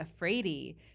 Afraidy